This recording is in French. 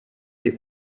les